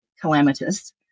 calamitous